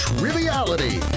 Triviality